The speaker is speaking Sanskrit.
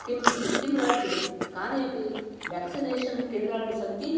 किं सिक्किम् राज्ये कानि अपि वेक्सिनेषन् केन्द्राणि सन्ति